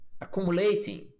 Accumulating